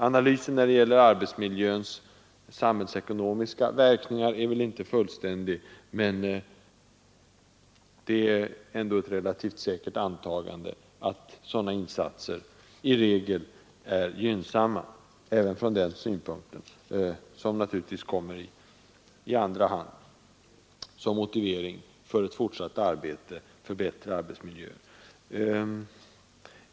Analysen när det gäller arbetsmiljöns samhällsekonomiska verkningar är inte fullständig, men man kan på goda grunder anta att sådana insatser i regel är gynnsamma även från dessa synpunkter, även om de kommer i andra hand som motivering för ett fortsatt arbete för bättre arbetsmiljö.